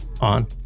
on